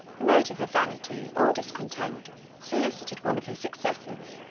a motive of vanity or discontent solicited one of his successors,